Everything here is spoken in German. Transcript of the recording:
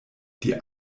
die